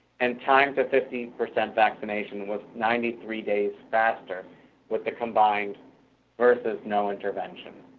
and time to fifteen percent vaccination was ninety three days faster with the combined versus no intervention.